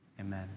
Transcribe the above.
amen